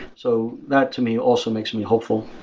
so that, to me, also makes me hopeful.